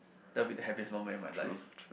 that will be the happiest moment in my life